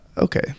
Okay